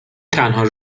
تنها